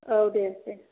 औ दे दे